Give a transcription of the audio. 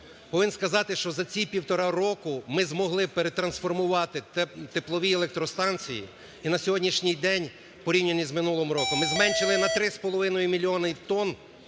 Повинен сказати, що за ці півтора року ми змогли перетрансформувати теплові електростанції, і на сьогоднішній день порівняно з минулим роком ми зменшили на 3,5 мільйони тонн